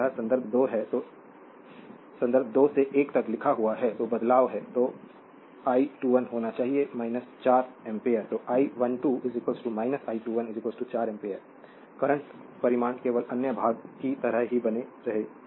यदि यह संदर्भ 2 से 1 तक लिखा हुआ है तो बदलाव है तो I21 होना चाहिए 4 एम्पीयर तो I12 I21 4 एम्पीयर करंट परिमाण केवल अन्य भाग की तरह ही बने रहें